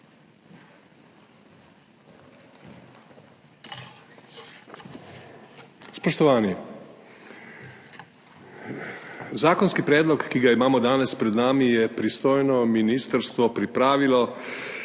Spoštovani! Zakonski predlog, ki ga imamo danes pred nami, je pristojno ministrstvo pripravilo,